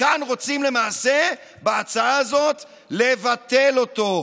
וכאן רוצים למעשה בהצעה הזאת לבטל אותו.